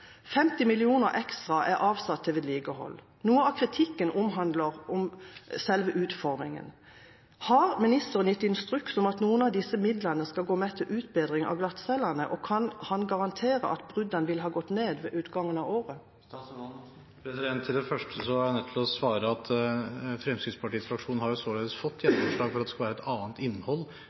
50 mill. kr ekstra er avsatt til vedlikehold. Noe av kritikken omhandler selve utfordringen. Har ministeren gitt instruks om at noen av disse midlene skal gå til utbedring av glattcellene, og kan han garantere at antall brudd vil ha gått ned ved utgangen av året? Til det første er jeg nødt til å svare at Fremskrittspartiets fraksjon har jo således fått gjennomslag for at det skal være et annet innhold